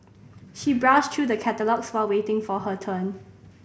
she browsed through the catalogues while waiting for her turn